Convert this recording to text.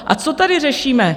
A co tady řešíme?